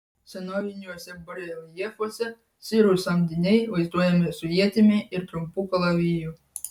senoviniuose bareljefuose sirų samdiniai vaizduojami su ietimi ir trumpu kalaviju